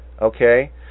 Okay